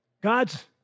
God's